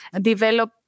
develop